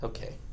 Okay